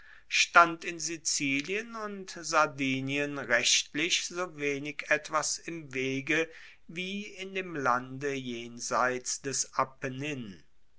stand in sizilien und sardinien rechtlich so wenig etwas im wege wie in dem lande jenseits des